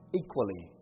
equally